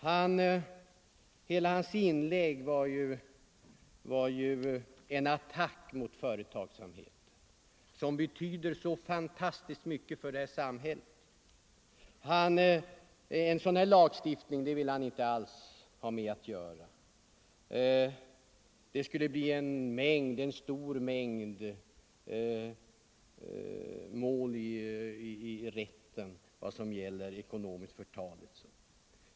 Herr Ahlmarks inlägg var ju en attack mot företagsamheten — som betyder så fantastiskt mycket för vårt samhälle. En sådan här lagstiftning ville herr Ahlmark inte vara med om. Följden skulle bli en stor mängd mål i rätten om vad som är ekonomiskt förtal.